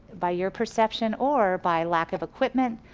by your perception or by lack of equipment,